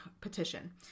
petition